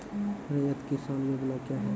रैयत किसान योजना क्या हैं?